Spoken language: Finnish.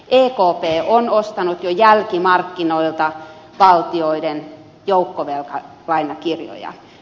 ekp on ostanut jo jälkimarkkinoilta valtioiden joukkovelkakirjoja